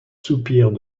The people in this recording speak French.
soupirs